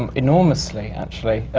um enormously, actually.